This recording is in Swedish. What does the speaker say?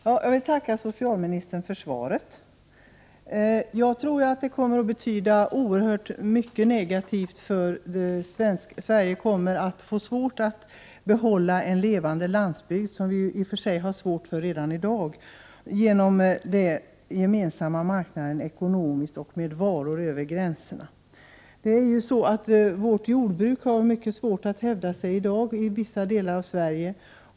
Herr talman! Jag tackar socialministern för svaret. Jag tror att det här kommer att medföra oerhört mycket negativt för Sverige. Vi kommer att få svårt att behålla en levande landsbygd, vilket vi i och för sig har svårt med redan i dag, på grund av den gemensamma ekonomiska marknaden och varuutbytet fritt över gränserna. Vårt jordbruk har mycket svårt att hävda sig i dag i vissa delar av Sverige.